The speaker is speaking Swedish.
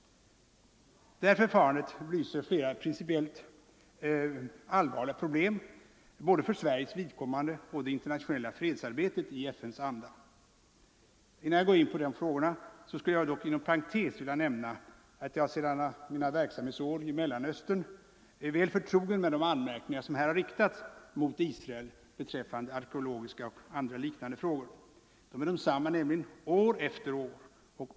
Detta förfarande belyser flera principiellt allvarliga problem både för Sveriges vidkommande och för internationellt fredsarbete i FN:s anda. Innan jag går in på de frågorna skulle jag inom parentes vilja nämna att jag sedan mina verksamhetsår i Mellanöstern är väl förtrogen med de anmärkningar som riktats mot Israel beträffande arkeologiska och andra liknande frågor. De är desamma år efter år.